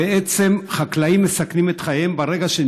בעצם חקלאים מסכנים את חייהם ברגע שהם